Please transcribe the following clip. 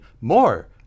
more